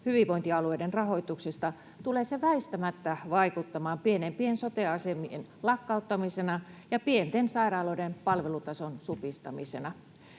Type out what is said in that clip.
hyvinvointialueiden rahoituksista, tulee se väistämättä vaikuttamaan pienempien sote-asemien lakkauttamisena ja pienten sairaaloiden palvelutason supistamisena.